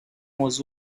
was